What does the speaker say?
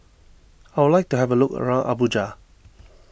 I would like to have a look around Abuja